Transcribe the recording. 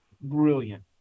brilliant